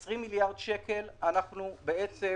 20 מיליארד שקל אנחנו מכוונים